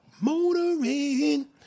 Motoring